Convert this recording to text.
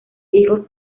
higos